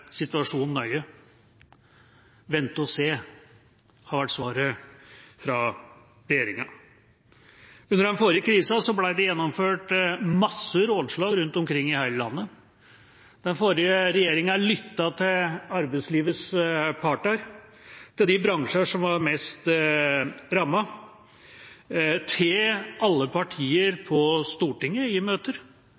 situasjonen nøye. Vente og se, har vært svaret fra regjeringa. Under den forrige krisa ble det gjennomført masse rådslag rundt omkring i hele landet. Den forrige regjeringa lyttet til arbeidslivets parter, til de bransjer som var mest rammet, og til alle partier på Stortinget i møter,